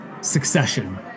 succession